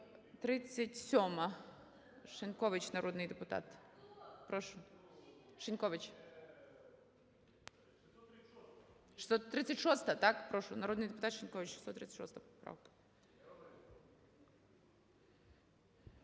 637. Шинькович, народний депутат, прошу. Шинькович. 636-а? Так, прошу, народний депутат Шинькович, 636